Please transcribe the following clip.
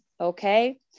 Okay